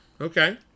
Okay